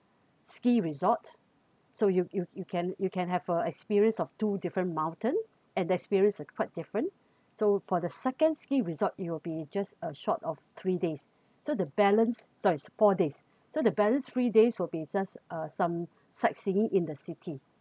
ski resort so you you you can you can have a experience of two different mountain and experience a quite different so for the second ski resort it will be just a short of three days so the balance sorry it's four days so the balance three days will be just uh some sightseeing in the city